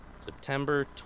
September